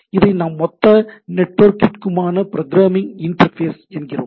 இதை நாம் மொத்த நெட்வொர்க்கிற்குமான புரோகிராமிங் இன்டர்ஃபேஸ் என்கிறோம்